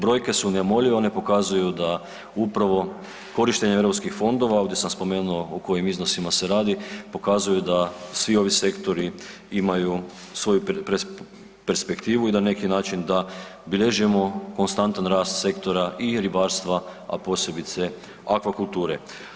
Brojke su neumoljive, one pokazuju da upravo korištenje Europskih fondova, ovdje sam spomenuo o kojim iznosima se radi, pokazuju da svi ovi sektori imaju svoju perspektivu i na neki način da bilježimo konstantan rast sektora i ribarstva, a posebice akvakulture.